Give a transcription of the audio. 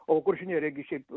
o kuršių nerijoj gi šiaip